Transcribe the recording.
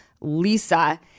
Lisa